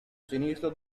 sinistro